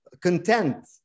content